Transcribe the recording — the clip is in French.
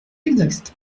exact